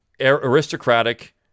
aristocratic